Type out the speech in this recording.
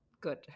good